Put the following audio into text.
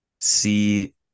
see